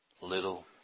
little